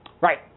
Right